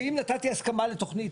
שאם נתתי הסכמה לתוכנית,